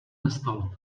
nestalo